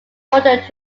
bordered